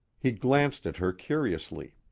he glanced at her curiously.